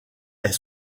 est